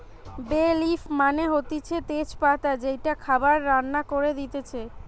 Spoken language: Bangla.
বে লিফ মানে হতিছে তেজ পাতা যেইটা খাবার রান্না করে দিতেছে